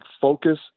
focus